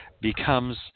becomes